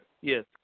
Yes